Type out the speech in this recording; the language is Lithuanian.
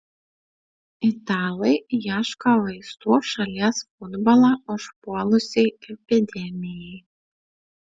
italai ieško vaistų šalies futbolą užpuolusiai epidemijai